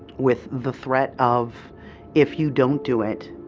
with the threat of if you don't do it,